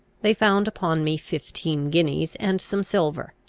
they found upon me fifteen guineas and some silver.